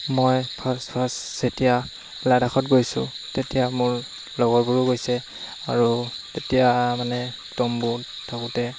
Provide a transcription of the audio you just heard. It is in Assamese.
মই ফাৰ্ষ্ট ফাৰ্ষ্ট যেতিয়া লাডাখত গৈছোঁ তেতিয়া মোৰ লগৰবোৰো গৈছে আৰু তেতিয়া মানে তম্বুত থাকোঁতে